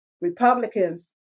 Republicans